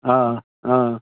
हा हा